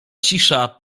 cisza